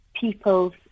people's